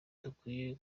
dukwiye